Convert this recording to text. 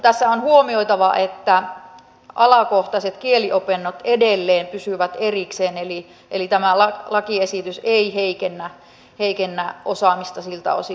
tässä on huomioitava että alakohtaiset kieliopinnot edelleen pysyvät erikseen eli tämä lakiesitys ei heikennä osaamista siltä osin